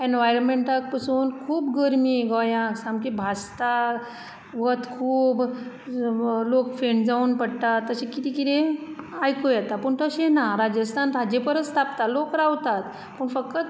एनवायरंटमेंटाक पसून खूब गरमीं गोंया सामकी भाजता वत खूब लोक फेंट जावून पडटात तशें कितें कितें आयकूं येता पूण तशें ना राजस्थान हाजे परस तापता लोक रावतात पूण फकत